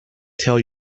tell